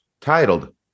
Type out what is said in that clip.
titled